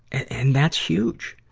and, and that's huge.